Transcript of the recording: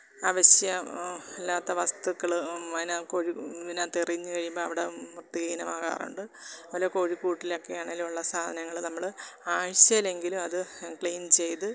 ആവശ്യം അല്ലാത്ത വസ്തുക്കൾ അതിനാണ് കോഴി ഇതിനകത്ത് എറിഞ്ഞ് കഴിയുമ്പം അവിടെ വൃത്തിഹീനമാകാറുണ്ട് വല്ല കോഴിക്കൂട്ടിലൊക്കെ ആണേലുള്ള സാധനങ്ങൾ നമ്മൾ ആഴ്ച്ചയിലെങ്കിലും അത് ക്ലീന് ചെയ്തു